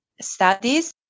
studies